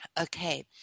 Okay